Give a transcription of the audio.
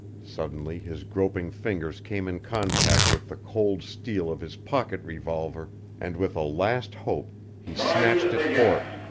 suddenly his groping fingers came in contact with the cold steel of his pocket revolver and with a last hope he snatched it forth,